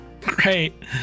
Great